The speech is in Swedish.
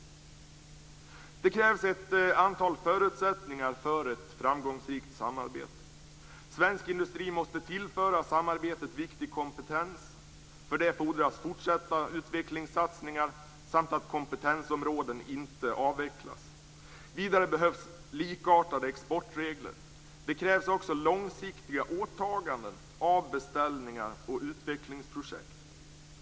Det krävs ett antal förutsättningar för ett framgångsrikt samarbete. Den svenska industrin måste tillföra samarbetet viktig kompetens. För det fordras fortsatta utvecklingssatsningar samt att kompetensområden inte avvecklas. Vidare behövs likartade exportregler. Det krävs också långsiktiga åtagande av beställningar och utvecklingsprojekt.